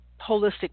holistic